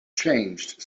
changed